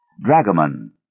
Dragoman